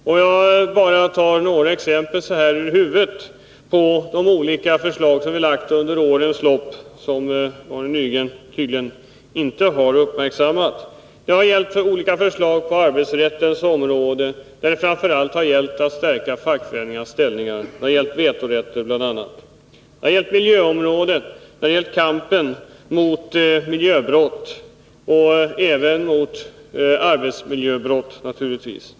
Jag kan på rak arm ta några exempel på de olika förslag som vi har lagt fram under årens lopp men som Arne Nygren tydligen inte har uppmärksammat. Det har gällt olika förslag på arbetsrättens område, framför allt för att. Nr 147 stärka fackföreningarnas ställning, bl.a. i fråga om vetorätten. Det har gällt Torsdagen den miljöområdet, kampen mot miljöbrott och naturligtvis även mot arbetsmil 21 maj 1981 jöbrott.